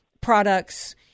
Products